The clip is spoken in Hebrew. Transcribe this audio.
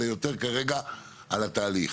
אלא יותר כרגע לתהליך.